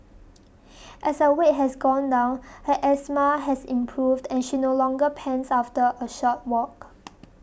as her weight has gone down her asthma has improved and she no longer pants after a short walk